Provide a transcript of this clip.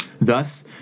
Thus